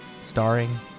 starring